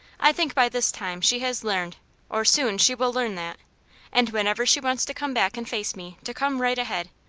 i think by this time she has learned or soon she will learn that and whenever she wants to come back and face me, to come right ahead.